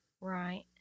Right